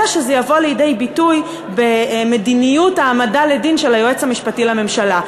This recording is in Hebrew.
אלא שזה יבוא לידי ביטוי במדיניות ההעמדה לדין של היועץ המשפטי לממשלה.